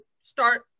start